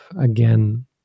again